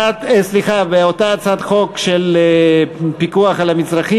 באותה הצעת חוק פיקוח על מצרכים